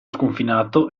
sconfinato